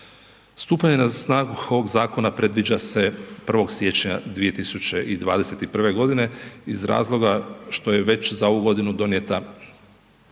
Stupanje na snagu ovog zakona predviđa se 1. siječnja 2021.g. iz razloga što je već za ovu godinu donijeta